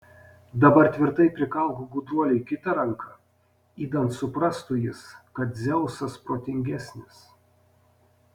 dabar tvirtai prikalk gudruoliui kitą ranką idant suprastų jis kad dzeusas protingesnis